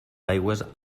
aigües